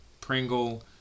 Pringle